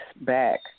back